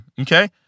okay